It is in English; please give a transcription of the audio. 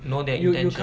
know their intention